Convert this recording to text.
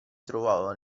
trovava